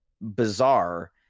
bizarre